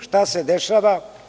Šta se dešava?